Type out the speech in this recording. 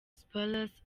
spurs